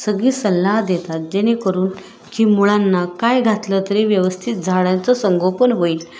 सगळी सल्ला देतात जेणेकरून की मुळांना काय घातलं तरी व्यवस्थित झाडांचं संगोपन होईल